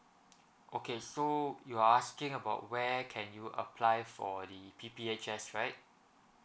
okay so you're asking about where can you apply for the P_P_H_S right